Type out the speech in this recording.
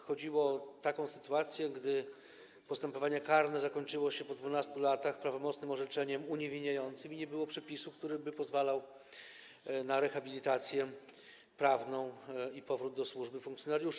Chodziło o taką sytuację, gdy postępowanie karne zakończyło się po 12 latach prawomocnym orzeczeniem uniewinniającym i nie było przepisu, który by pozwalał na rehabilitację prawną i powrót do służby funkcjonariusza.